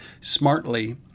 smartly